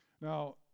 Now